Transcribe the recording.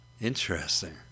Interesting